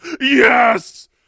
yes